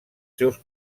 seus